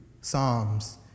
psalms